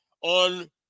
on